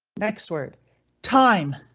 next word time.